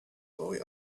boy